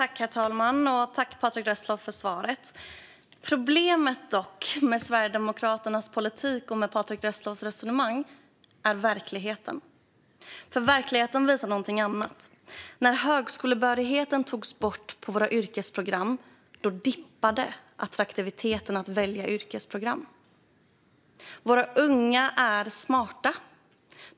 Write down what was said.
Herr talman! Jag tackar Patrick Reslow för svaret. Problemet med Sverigedemokraternas politik och Patrick Reslows resonemang är verkligheten. Verkligheten visar något annat. När högskolebehörigheten togs bort från yrkesprogrammen dippade attraktiviteten att välja yrkesprogram. Våra unga är smarta.